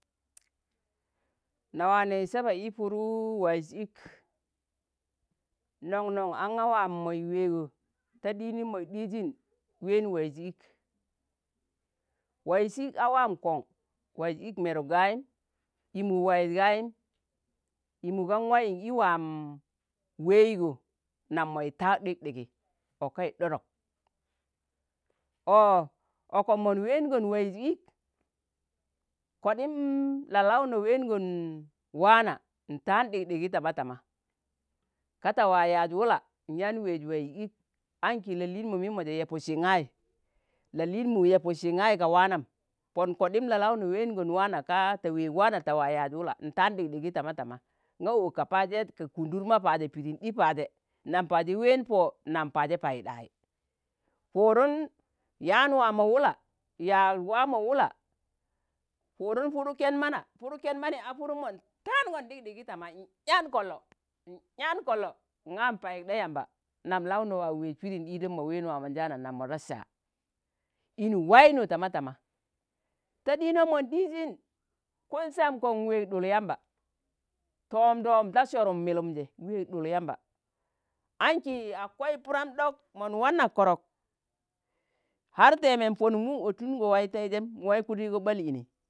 Na waa nẹez saba i Puru waiz ik, non- non anga waam moi weego, ta ɗinim moi ɗijin ween waiz ik, waiz ik a waam kon, waiz ik meruk gayim, imu waiz gayem imu gan wayin, i waam weigo nam moi tạak ɗikdigi okei ɗodok, ọo okom mon weengon waiz ik, koɗim la launo weengon wạana, ntạan ɗikdigi, tama tama, ka ta waa yaaz wula. nyaan weez waiz ik anki la liinmu mimoje yepudsin gại, lali̱inmu yapudsin gai ga wannam, Pon koɗim la launo weengom wạana, ka ta weeg wạana tạ waa yaaz wula ntạan ɗikdigi tama tama, nga ọo ka Paaj yat ka kundur ma Paje Pidin ɗi Paje nam Paje Ween Pọo, nam Paje Paiɗai. Pu̱dun yạan waa mo wula, yaag waa mo wula Pudun Puru ken mana. Puru ken mani a Purum mon ta̱angon ɗikɗigi tama tama nyạan kollo, nyạan kollo, nga npaiɗa yamba nam launo waa weej pidin ɗidom mo waa ween waamonjaana, nam mo da sạa in wainu tama tama, ta ɗinom mon ɗijin kul sam kon, nweeg ɗul yamba to̱omdom ta sorum milumje, nweeg ɗul yamba anki akwai Puram ɗok, mon wạna korok har teeme nPonuk mum otungo waitaijem muwai kudigo ɓal ini.